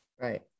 Right